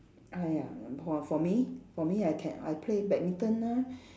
ah ya for for me for me I can I play badminton ah